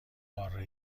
قاره